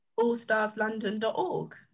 allstarslondon.org